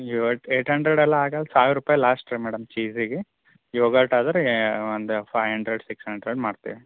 ಇವಟ್ eight hundred ಎಲ್ಲ ಆಗಲ್ಲ ಸಾವಿರ ರುಪಾಯಿ ಲಾಸ್ಟ್ ರೀ ಮೇಡಮ್ ಚೀಸಿಗೆ ಯೋಗಾಟ್ ಆದರೆ ಒಂದು ಫೈ ಹಂಡ್ರೆಡ್ ಸಿಕ್ಸ್ ಹಂಡ್ರೆಡ್ ಮಾಡ್ತೇವೆ